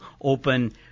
open –